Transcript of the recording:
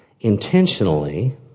intentionally